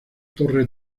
torre